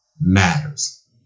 matters